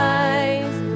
eyes